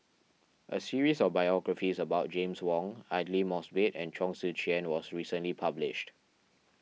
a series of biographies about James Wong Aidli Mosbit and Chong Tze Chien was recently published